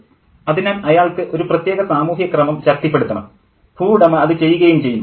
professor അതിനാൽ അയാൾക്ക് ഒരു പ്രത്യേക സാമൂഹ്യ ക്രമം ശക്തിപ്പെടുത്തണം ഭൂവുടമ അത് ചെയ്യുകയും ചെയ്യുന്നു